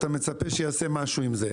אתה מצפה שיעשה משהו עם זה.